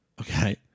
Okay